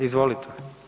Izvolite.